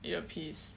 earpiece